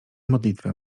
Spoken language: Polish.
modlitwę